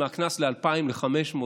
הקנס: מ-200 ל-500,